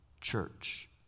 church